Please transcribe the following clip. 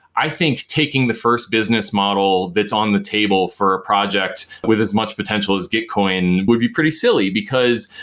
i think taking the first business model that's on the table for a project with as much potential as gitcoin would be pretty silly because